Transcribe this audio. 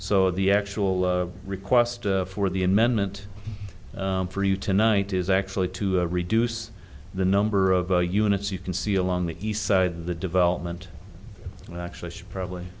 so the actual request for the amendment for you tonight is actually to reduce the number of units you can see along the east side of the development and actually should probably